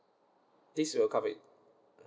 this will cover it